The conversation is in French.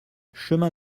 chemin